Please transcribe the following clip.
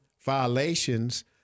violations